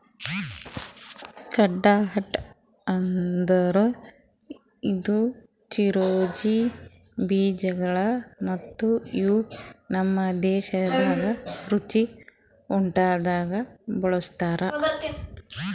ಕಡ್ಪಾಹ್ನಟ್ ಅಂದುರ್ ಇದು ಚಿರೊಂಜಿ ಬೀಜಗೊಳ್ ಮತ್ತ ಇವು ನಮ್ ದೇಶದಾಗ್ ರುಚಿ ಊಟ್ದಾಗ್ ಬಳ್ಸತಾರ್